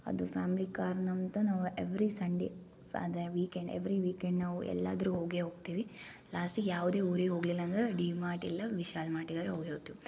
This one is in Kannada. ಅದು ಫ್ಯಾಮ್ಲಿ ಕಾರ್ ನಮ್ದು ನಾವು ಎವ್ರಿ ಸಂಡೆ ಅದೇ ವೀಕೆಂಡ್ ಎವ್ರಿ ವೀಕೆಂಡ್ ನಾವು ಎಲ್ಲಾದ್ರು ಹೋಗೆ ಹೋಗ್ತೀವಿ ಲಾಸ್ಟಿಗೆ ಯಾವುದೆ ಊರಿಗೆ ಹೋಗ್ಲಿಲ್ಲ ಅಂದ್ರೆ ಡಿ ಮಾರ್ಟ್ ಇಲ್ಲ ವಿಶಾಲ್ ಮಾರ್ಟಿಗಾದ್ರು ಹೋಗೆ ಹೋಗ್ತೀವಿ